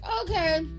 okay